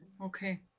Okay